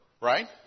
right